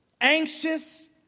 anxious